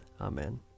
Amen